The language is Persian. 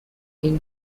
این